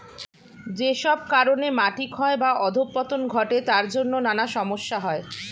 যেসব কারণে মাটি ক্ষয় বা অধঃপতন ঘটে তার জন্যে নানা সমস্যা হয়